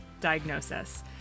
diagnosis